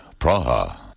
Praha